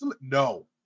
No